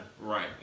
right